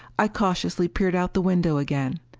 i cautiously peered out the window again.